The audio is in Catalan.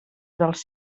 dels